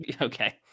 Okay